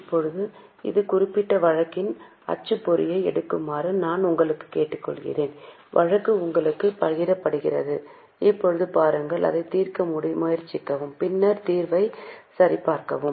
இப்போது இந்த குறிப்பிட்ட வழக்கின் அச்சுப்பொறியை எடுக்குமாறு நான் உங்களிடம் கேட்டுக்கொள்கிறேன் வழக்கு உங்களுடன் பகிரப்பட்டுள்ளது இப்போது பாருங்கள் அதைத் தீர்க்க முயற்சிக்கவும் பின்னர் தீர்வை சரிபார்க்கவும்